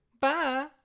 Bye